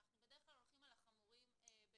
ואנחנו בדרך כלל הולכים על החמורים ביותר.